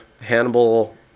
Hannibal